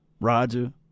Roger